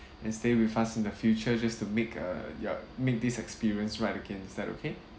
and stay with us in the future just to make uh your make this experience right again is that okay